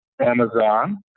Amazon